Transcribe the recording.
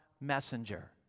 messenger